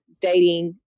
dating